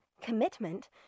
commitment